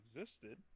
existed